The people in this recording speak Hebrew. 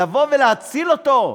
לבוא להציל אותו,